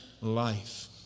life